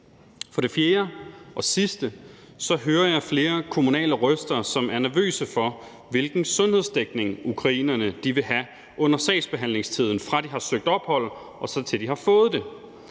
For det fjerde og sidste hører jeg flere kommunale røster, som er nervøse for, hvilken sundhedsdækning ukrainerne vil have i sagsbehandlingstiden, fra de har søgt ophold, og til de har fået det.